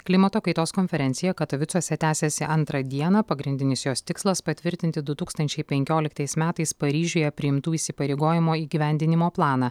klimato kaitos konferencija katovicuose tęsiasi antrą dieną pagrindinis jos tikslas patvirtinti du tūkstančiai penkioliktais metais paryžiuje priimtų įsipareigojimų įgyvendinimo planą